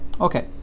Okay